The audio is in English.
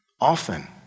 Often